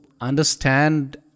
understand